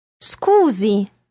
Scusi